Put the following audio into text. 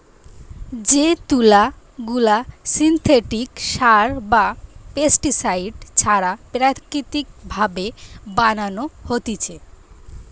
যে তুলা গুলা সিনথেটিক সার বা পেস্টিসাইড ছাড়া প্রাকৃতিক ভাবে বানানো হতিছে